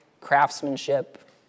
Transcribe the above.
craftsmanship